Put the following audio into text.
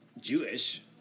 Jewish